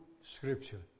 scripture